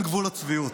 אין גבול לצביעות,